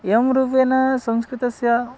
एवं रूपेण संस्कृतस्य